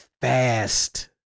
fast